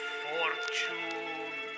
fortune